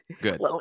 Good